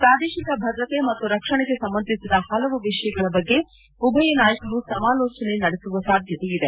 ಪ್ರಾದೇಶಿಕ ಭದ್ರತೆ ಮತ್ತು ರಕ್ಷಣೆಗೆ ಸಂಬಂಧಿಸಿದ ಹಲವು ವಿಷಯಗಳ ಬಗ್ಗೆ ಉಭಯ ನಾಯಕರು ಸಮಾಲೋಚನೆ ನಡೆಸುವ ಸಾಧ್ಯತೆ ಇದೆ